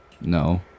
No